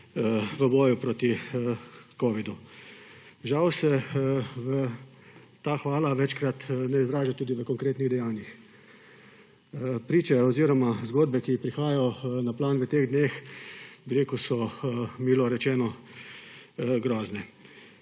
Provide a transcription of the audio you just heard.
v boju proti covidu. Žal se ta hvala večkrat ne izraža tudi v konkretnih dejanjih. Priče oziroma zgodbe, ki prihajajo na plan v teh dneh, so milo rečeno, grozne.